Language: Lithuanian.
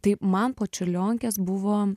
tai man po čiurlionkės buvo